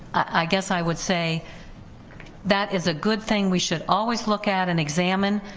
i guess i would say that is a good thing, we should always look at and examine,